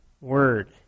word